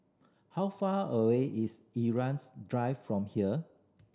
how far away is Irau Drive from here